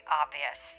obvious